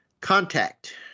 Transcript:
Contact